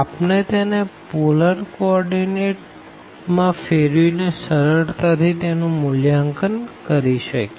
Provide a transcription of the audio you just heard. આપણે તેને polar coordinate માં ફેરવી ને સરળતા થી તેનું મૂલ્યાંકન કરી શકીએ